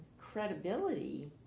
credibility